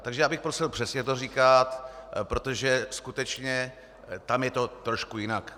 Takže já bych prosil přesně to říkat, protože skutečně tam je to trošku jinak.